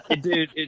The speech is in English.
dude